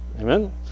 Amen